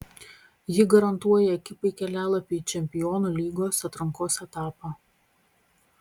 ji garantuoja ekipai kelialapį į čempionų lygos atrankos etapą